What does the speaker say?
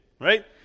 Right